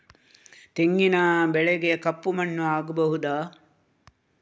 ತೆಂಗಿನ ಬೆಳೆಗೆ ಕಪ್ಪು ಮಣ್ಣು ಆಗ್ಬಹುದಾ?